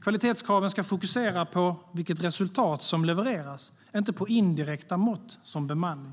Kvalitetskraven ska fokusera på vilket resultat som levereras och inte på indirekta mått, som bemanning.